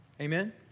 Amen